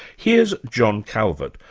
here's john calvert,